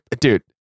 dude